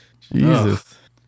Jesus